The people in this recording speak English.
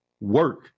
work